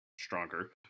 stronger